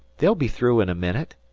they'll be through in a minute.